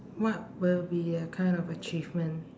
what will be a kind of achievement